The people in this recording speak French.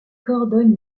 coordonne